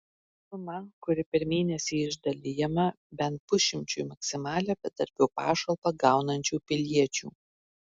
suma kuri per mėnesį išdalijama bent pusšimčiui maksimalią bedarbio pašalpą gaunančių piliečių